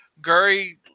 Guri